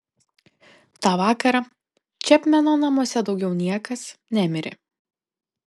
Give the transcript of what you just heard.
tą vakarą čepmeno namuose daugiau niekas nemirė